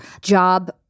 job